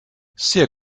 sehr